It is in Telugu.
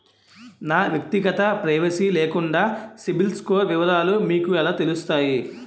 నా వ్యక్తిగత ప్రైవసీ లేకుండా సిబిల్ స్కోర్ వివరాలు మీకు ఎలా తెలుస్తాయి?